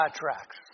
tracks